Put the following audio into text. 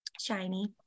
shiny